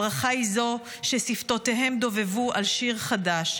הברכה היא זו ששפתותיהם דובבו על פיר חדש.